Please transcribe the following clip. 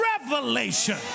revelation